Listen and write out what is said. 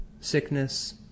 Sickness